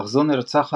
אך זו נרצחה